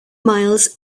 miles